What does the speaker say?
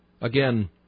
Again